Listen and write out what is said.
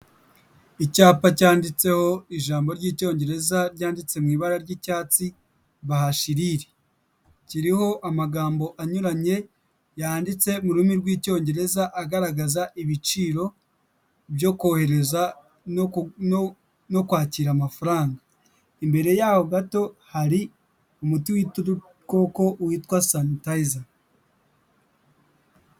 Icyapa cyanditseho ijambo ry'icyongereza ryanditse mu ibara ry'icyatsi bahashiriri, kiriho amagambo anyuranye yanditse mu rurimi rw'icyongereza agaragaza ibiciro byo kohereza no no kwakira amafaranga, imbere yaho gato hari umuti w'ica udukoko witwa sanitayiza.